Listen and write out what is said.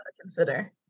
consider